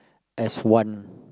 as one